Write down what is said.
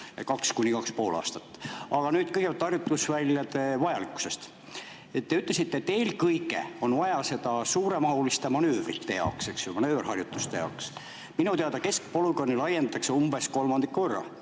eks ju, 2–2,5 aastat. Aga nüüd kõigepealt harjutusväljade vajalikkusest. Te ütlesite, et eelkõige on vaja seda suuremahuliste manöövrite jaoks, manööverharjutuste jaoks. Minu teada keskpolügooni laiendatakse umbes kolmandiku võrra